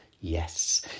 Yes